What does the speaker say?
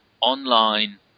online